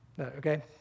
Okay